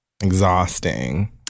exhausting